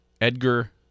Edgar